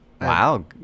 Wow